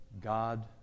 God